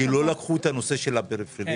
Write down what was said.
כי לא לקחו את הנושא הפריפריאלי,